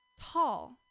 tall